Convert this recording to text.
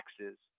taxes